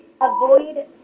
avoid